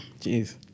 Jeez